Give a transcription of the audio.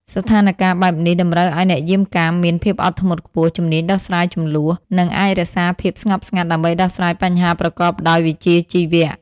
ស្ថានការណ៍បែបនេះតម្រូវឲ្យអ្នកយាមកាមមាន ភាពអត់ធ្មត់ខ្ពស់ ជំនាញដោះស្រាយជម្លោះ និងអាចរក្សាភាពស្ងប់ស្ងាត់ដើម្បីដោះស្រាយបញ្ហាប្រកបដោយវិជ្ជាជីវៈ។